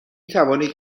توانید